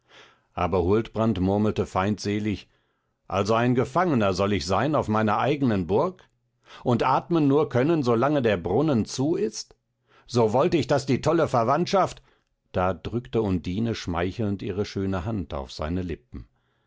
aber huldbrand murmelte feindselig also ein gefangner soll ich sein auf meiner eignen burg und atmen nur können solange der brunnen zu ist so wollt ich daß die tolle verwandtschaft da drückte undine schmeichelnd ihre schöne hand auf seine lippen